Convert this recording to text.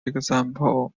example